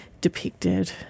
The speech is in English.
depicted